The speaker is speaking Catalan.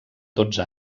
dotze